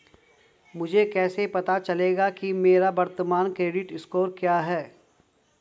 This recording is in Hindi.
मुझे कैसे पता चलेगा कि मेरा वर्तमान क्रेडिट स्कोर क्या है?